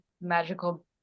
magical